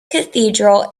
cathedral